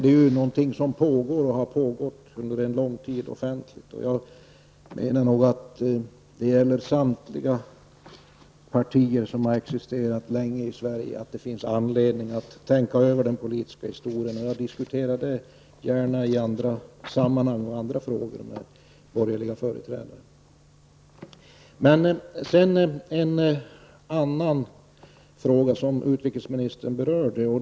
Detta är något som pågår och har pågått lång tid offentligt. Jag menar att detta gäller samtliga de partier som existerat länge i Sverige; det finns anledning att tänka över den politiska historien. Jag diskuterar gärna denna fråga och andra frågor i andra sammanhang med borgerliga företrädare. Så till en annan fråga som utrikesministern berörde.